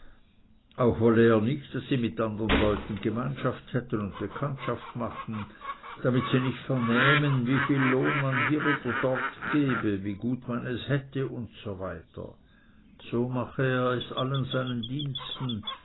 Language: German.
auch wolle er nicht daß sie mit andern leuten gemeinschaft hätten und bekanntschaft machten damit sie nicht vernähmten wie viel lohn man hier oder dort gebe wie gut man es hätte usw so mache er es allen seinen diensten